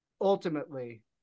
ultimately